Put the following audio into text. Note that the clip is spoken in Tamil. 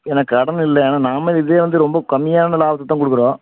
ஏன்னால் கடன் இல்லை ஏன்னால் நாமே இதே வந்து ரொம்ப கம்மியான லாபத்துக்குத்தான் கொடுக்குறோம்